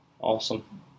awesome